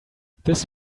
this